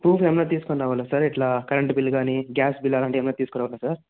proofs ఏమైనా తీసుకొని రావాలా సార్ ఇట్లా కరెంటు బిల్ కానీ గ్యాస్ బిల్ అలాంటివి ఏమైనా తీసుకురావాలా సార్